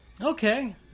Okay